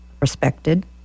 respected